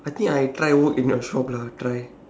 I think I try work in your shop lah try